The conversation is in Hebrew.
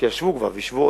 ישבו כבר ועוד ישבו,